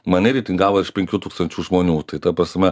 mane reitingavo iš penkių tūkstančių žmonių tai ta prasme